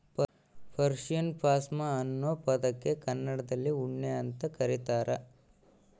Persian ಪಾಷ್ಮಾ ಅನ್ನೋ ಪದಕ್ಕೆ ಕನ್ನಡದಲ್ಲಿ ಉಣ್ಣೆ ಅಂತ ಕರೀತಾರ